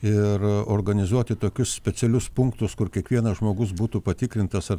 ir organizuoti tokius specialius punktus kur kiekvienas žmogus būtų patikrintas ar